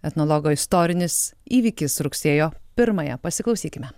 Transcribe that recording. etnologo istorinis įvykis rugsėjo pirmąją pasiklausykime